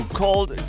called